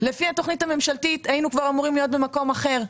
לפי התכנית הממשלתית היינו כבר אמורים להיות במקום אחר,